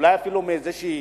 היה אולי אפילו איזשהו